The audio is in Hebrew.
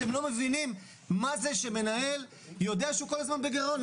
אתם לא מבינים מה זה שמנהל יודע שהוא כל הזמן בגירעון.